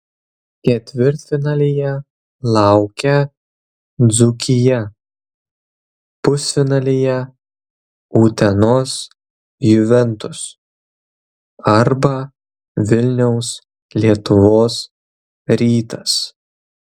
ketvirtfinalyje laukia dzūkija pusfinalyje utenos juventus arba vilniaus lietuvos rytas